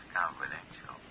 confidential